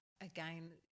again